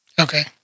Okay